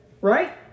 right